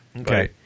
Okay